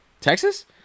Texas